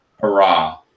hurrah